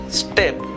step